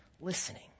listening